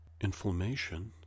inflammation